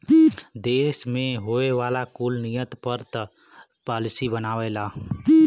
देस मे होए वाला कुल नियम सर्त पॉलिसी बनावेला